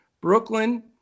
Brooklyn